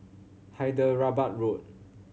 Hyderabad Road